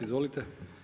Izvolite.